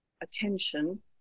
attention